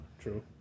True